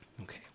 Okay